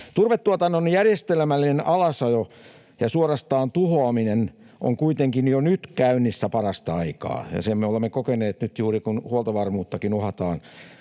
Turvetuotannon järjestelmällinen alasajo ja suorastaan tuhoaminen on kuitenkin jo nyt käynnissä, parasta aikaa. Ja sen me olemme kokeneet nyt juuri, kun huoltovarmuuttakin uhataan: